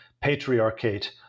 patriarchate